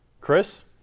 chris